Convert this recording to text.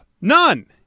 None